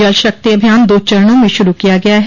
जल शक्ति अभियान दो चरणों में शुरू किया गया है